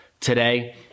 today